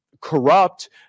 corrupt